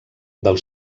del